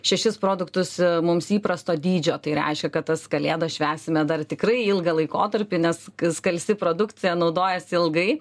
šešis produktus mums įprasto dydžio tai reiškia kad tas kalėdas švęsime dar tikrai ilgą laikotarpį nes skalsi produkcija naudojasi ilgai